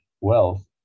wealth